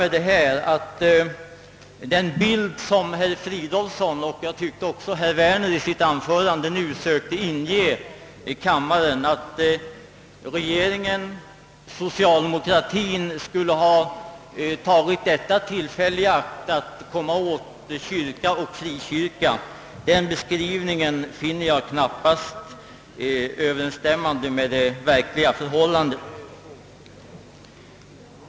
Den bild som herr Fridolfsson, och jag tyckte nog också herr Werner, i sina anföranden sökte ge kammaren, att regeringen, socialdemokratien, skulle ha tagit detta tillfälle i akt för att komma åt kyrka och frikyrka är icke överensstämmande med det verkliga förhållandet.